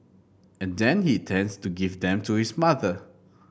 and then he intends to give them to his mother